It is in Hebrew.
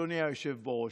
אדוני היושב בראש,